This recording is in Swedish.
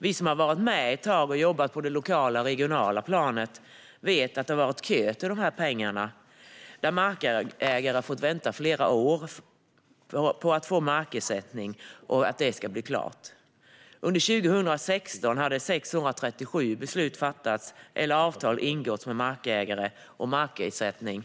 Vi som har varit med ett tag och jobbat på det lokala och regionala planet vet att det har varit kö till dessa pengar, och markägare har fått vänta flera år på att markersättningen ska bli klar. Under 2016 hade 637 beslut fattats eller avtal ingåtts med markägare om markersättning.